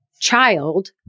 child